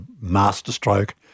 masterstroke